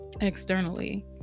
externally